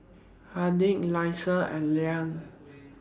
Harding Elyssa and Liane